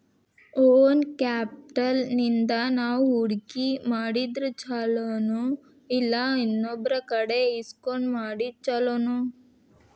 Own capital ಇಂದಾ ನಾವು ಹೂಡ್ಕಿ ಮಾಡಿದ್ರ ಛಲೊನೊಇಲ್ಲಾ ಇನ್ನೊಬ್ರಕಡೆ ಇಸ್ಕೊಂಡ್ ಮಾಡೊದ್ ಛೊಲೊನೊ?